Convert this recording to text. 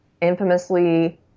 infamously